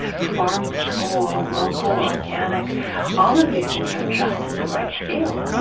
farm-to-school, local, organic all of these things are just at the right scale,